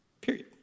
Period